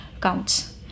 counts